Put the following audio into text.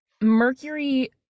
Mercury